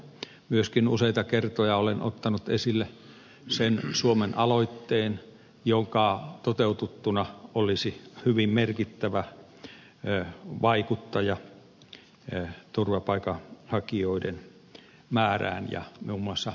myöskin useita kertoja olen ottanut esille sen suomen aloitteen joka toteutettuna olisi hyvin merkittävä vaikuttaja turvapaikanhakijoiden määrään ja muun muassa dublin tapauksiin